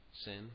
sin